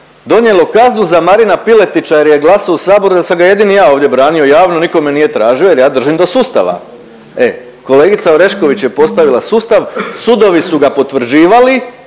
donijelo kaznu za Marina Piletića jer je glasao u Saboru da sam ga jedini ja ovdje branio javno niko me nije tražio jer ja držim do sustava. E, kolegica Orešković je postavila sustav, sudovi su ga potvrđivali